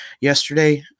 yesterday